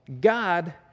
God